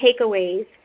takeaways